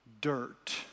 dirt